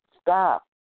stop